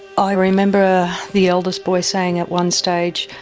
i remember the eldest boy saying at one stage,